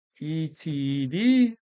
ETD